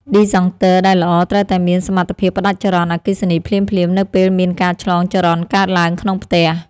ឌីសង់ទ័រដែលល្អត្រូវតែមានសមត្ថភាពផ្តាច់ចរន្តអគ្គិសនីភ្លាមៗនៅពេលមានការឆ្លងចរន្តកើតឡើងក្នុងផ្ទះ។